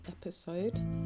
episode